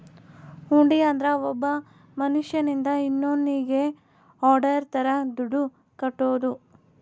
ಹುಂಡಿ ಅಂದ್ರ ಒಬ್ಬ ಮನ್ಶ್ಯನಿಂದ ಇನ್ನೋನ್ನಿಗೆ ಆರ್ಡರ್ ತರ ದುಡ್ಡು ಕಟ್ಟೋದು